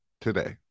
today